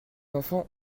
enfants